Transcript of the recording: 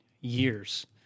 years